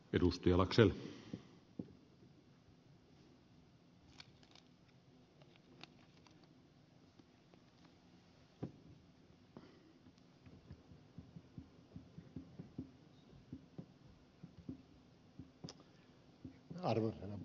arvoisa herra puhemies